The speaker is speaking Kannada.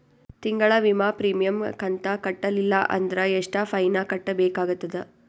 ತಿಂಗಳ ವಿಮಾ ಪ್ರೀಮಿಯಂ ಕಂತ ಕಟ್ಟಲಿಲ್ಲ ಅಂದ್ರ ಎಷ್ಟ ಫೈನ ಕಟ್ಟಬೇಕಾಗತದ?